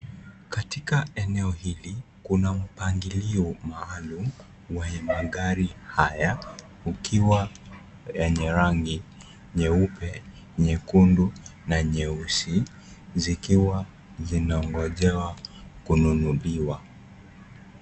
Katika eneo hili kuna mpangilio maalum wa magari haya, ukiwa yenye rangi nyeupe, nyekundu na nyeusi, zikiwa zinangojewa kununuliwa.